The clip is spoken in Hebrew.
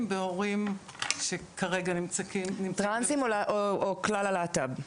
בהורים שכרגע- -- טרנסים או כלל הלהט"ב?